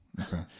Okay